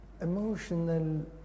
Emotional